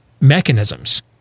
mechanisms